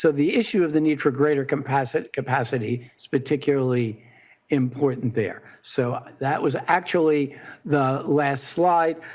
so the issue of the need for greater capacity capacity is particularly important there. so that was actually the last slide.